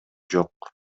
жок